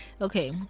Okay